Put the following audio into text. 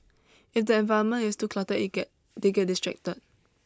if the environment is too cluttered it get they get distracted